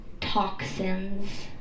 toxins